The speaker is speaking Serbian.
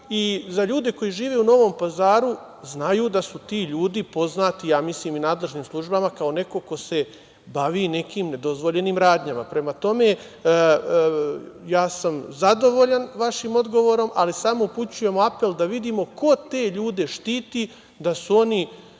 i za ljude koji žive u Novom Pazaru znaju da su ti ljudi poznati, ja mislim i nadležnim službama, kao neko ko se bavi nekim nedozvoljenim radnjama. Prema tome, ja sam zadovoljan vašim odgovorom, ali samo upućujemo apel da vidimo ko te ljude štiti da su oni